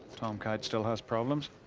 tom kite still has problems.